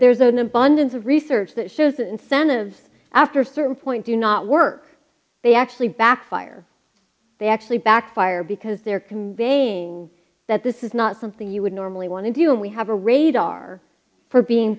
there's an abundance of research that shows an incentive after a certain point to not work they actually backfire they actually backfire because they're conveying that this is not something you would normally want to do and we have a radar for being